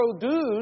produce